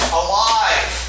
alive